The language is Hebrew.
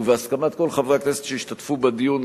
ובהסכמת כל חברי הכנסת שהשתתפו בדיון,